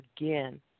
again